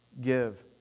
give